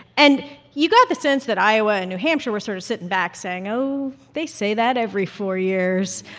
and you got the sense that iowa and new hampshire were sort of sitting back, saying, oh, they say that every four years.